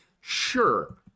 Sure